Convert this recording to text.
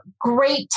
great